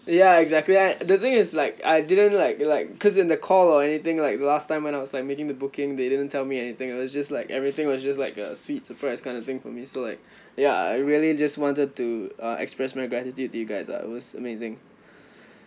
ya exactly I the thing is like I didn't like like cause in the call or anything like last time when I was like making the booking they didn't tell me anything it was just like everything was just like a sweet surprise kind of thing for me so like ya I really just wanted to express my gratitude to you guys lah it was amazing